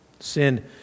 Sin